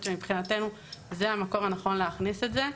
כי מבחינתנו זה המקום הנכון להכניס את זה.